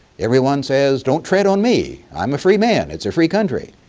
everyone says don't tread on me. i'm a free man. it's a free country.